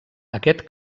aquest